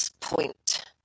point